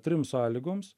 trims sąlygoms